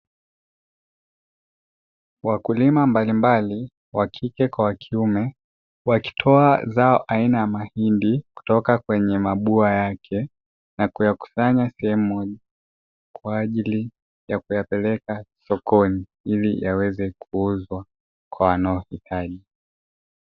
Wakulima mbalimbali wa kike kwa wa kiume, wakitoa zao aina ya mahindi kutoka kwenye mabua yake, na kuyakusanya sehemu moja, kwa ajili ya kuyapeleka sokoni, ili yaweze kuuzwa kwa wanaohitaji.